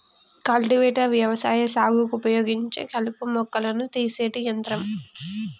cultivator వ్యవసాయ సాగుకు ఉపయోగించే కలుపు మొక్కలను తీసేటి యంత్రం